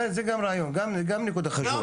כן, זה גם רעיון, זו גם נקודה חשובה.